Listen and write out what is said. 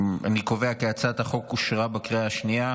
אני קובע כי הצעת החוק אושרה בקריאה השנייה.